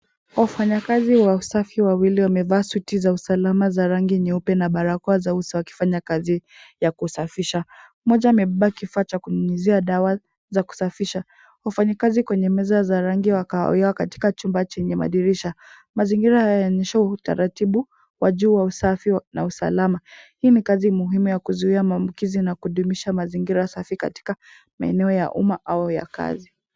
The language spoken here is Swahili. Wafanyikazi wa usafi wawili wamevaa suti za usalama za rangi nyeupe na barakoa za uso wakifanya kaz ya kusafisha. Mmoja amebaki kifaa cha kunyunyuzia dawa za kusafisha. Wafanyi kazi kwenye meza meza za rangi wa kahawia katika chumba chenye madirisha. Mazingira haya yonyesha utaratibu wa juu wa usafi na usalama. Hii ni kazi muhimu ya kuzuia mamukizi na kudumisha mazingira safi katika maeneo ya umma au ya kazi.